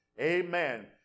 Amen